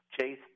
Chase